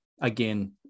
Again